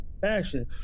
fashion